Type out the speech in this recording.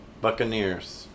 Buccaneers